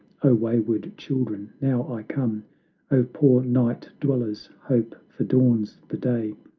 o wayward children, now i come o poor night dwellers, hope, for dawns the day,